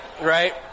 Right